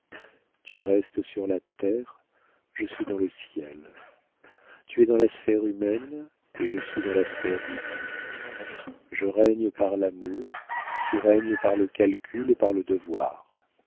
tu restes sur la terre je suis dans le ciel tu es dans la sphère humaine et je suis dans la sphère divine je règne par l'amour tu règnes par le calcul et par le devoir